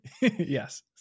Yes